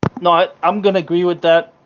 not i'm going to agree with that.